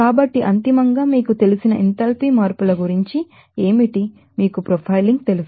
కాబట్టి అంతిమంగా మీకు తెలిసిన ఎంథాల్పీ మార్పుల గురించి ఏమిటి మీకు ప్రొఫైలింగ్ తెలుసు